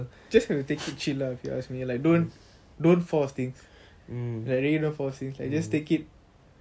just gonna take it chill lah if you ask me like don't don't force things like really don't force things like just take it